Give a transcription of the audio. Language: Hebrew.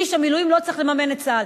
איש המילואים לא צריך לממן את צה"ל.